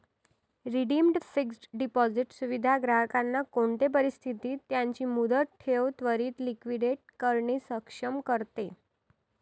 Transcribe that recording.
redeemed fixed deposit सुविधा ग्राहकांना कोणते परिस्थितीत त्यांची मुदत ठेव त्वरीत लिक्विडेट करणे सक्षम करते